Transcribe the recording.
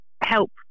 help